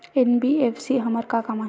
NBFC हमर का काम आही?